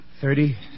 thirty